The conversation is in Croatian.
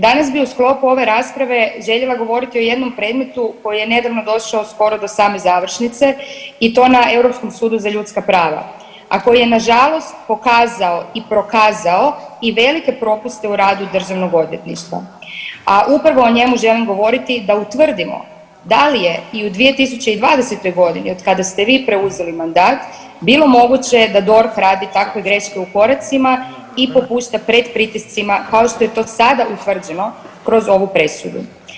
Danas bi u sklopu ove rasprave željela govoriti o jednom predmetu koji je nedavno došao skoro do same završnice i to na Europskom sudu za ljudska prava, a koji je nažalost pokazao i prokazao i velike propuste u radu državnog odvjetništva, a upravo o njemu želim govoriti da utvrdimo da li je i u 2020.g. od kada ste vi preuzeli mandat bilo moguće da DORH radi takve greške u koracima i popušta pred pritiscima kao što je to sada utvrđeno kroz ovu presudu.